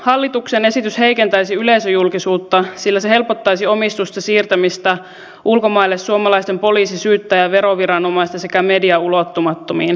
hallituksen esitys heikentäisi yleisöjulkisuutta sillä se helpottaisi omistusten siirtämistä ulkomaille suomalaisen poliisin syyttäjän veroviranomaisten sekä median ulottumattomiin